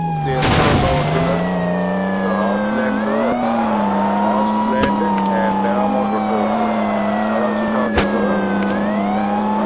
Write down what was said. हुते अथव ॿ होटल हिकु होर्स लैंड अथव होर्स लैंड ऐं पैरामाउंट होटल अथव ॾाढा सुठा होटल अथव ऐं